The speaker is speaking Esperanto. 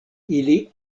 ili